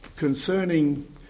Concerning